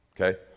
Okay